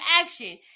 action